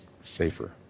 safer